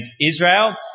Israel